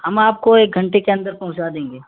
ہم آپ کو ایک گھنٹے کے اندر پہنچا دیں گے